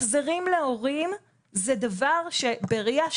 החזרים להורים זה דבר שבראייה,